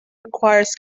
requires